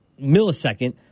millisecond